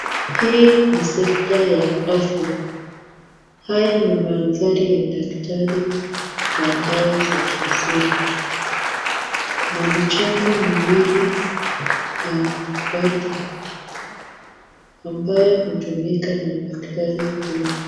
Hii ni sekta ya afya. Haya ni mandhari ya daktari wa dawa za kiasili na michongo miwili ya watu ambayo hutumika na daktari huyu.